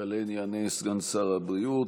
שעליהן יענה סגן שר הבריאות.